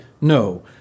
No